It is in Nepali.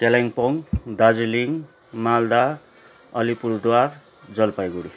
कालिम्पोङ दार्जिलिङ माल्दा अलिपुरद्वार जलपाईगुडी